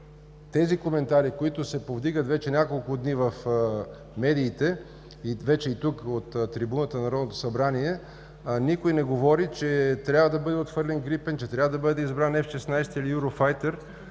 тези коментари, които се повдигат вече няколко дни в медиите, вече и тук от трибуната на Народното събрание, а никой не говори, че трябва да бъде отхвърлен „Грипен“, че трябва да бъде избран „Ф-16“ или „Юрофайтер“,